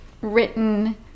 written